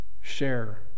Share